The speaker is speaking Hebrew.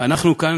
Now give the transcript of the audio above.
אנחנו כאן,